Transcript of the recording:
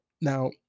Now